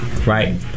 Right